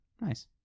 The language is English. nice